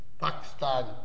Pakistan